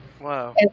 Wow